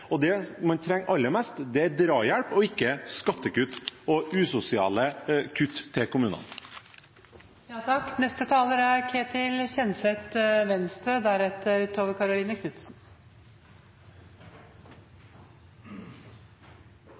og det man trenger aller mest, er drahjelp og ikke skattekutt og usosiale kutt til kommunene. I dette innlegget vil jeg si litt om rehabiliteringssektoren, som har vært lite belyst i debatten. Det er